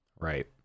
Right